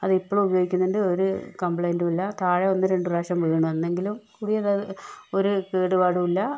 അത് ഇപ്പഴും ഉപയോഗിക്കുന്നുണ്ട് ഒരു കമ്പ്ലയിൻ്റും ഇല്ല താഴെ ഒന്നു രണ്ടു പ്രാവശ്യം വീണു എന്നെങ്കിലും പുതിയത് ഒരു കേടുപാടുല്ല